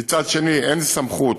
ומצד שני, אין סמכות,